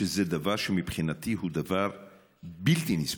שזה דבר שהוא מבחינתי בלתי נסבל.